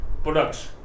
products